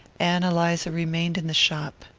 ann eliza remained in the shop.